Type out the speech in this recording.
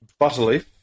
Butterleaf